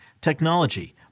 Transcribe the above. technology